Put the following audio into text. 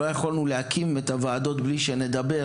לא יכולנו להקים את הוועדות בלי שנדבר